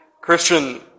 Christian